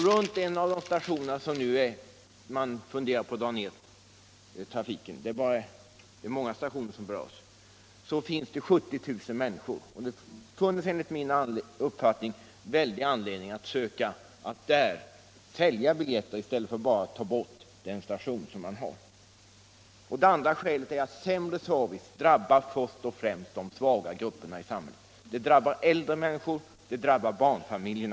Runt en av de stationer som man nu funderar på att lägga ned — det är många stationer som berörs — finns det 70 000 människor. Det finns enligt min uppfattning anledning att söka sälja biljetter i stället för att lägga ned stationen. Den andra synpunkten är att sämre service först och främst drabbar de svaga grupperna i samhället: äldre människor och barnfamiljer.